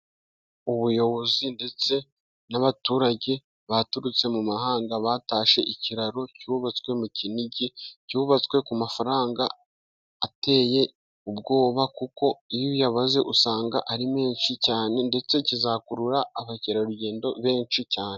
Ubuyobozi ndetse n'abaturage baturutse mu mahanga batashye ikiraro cyubatswe mu kinigi, cyubatswe ku mafaranga ateye ubwoba, kuko iyo uyabaze usanga ari menshi cyane, ndetse kizakurura abakerarugendo benshi cyane.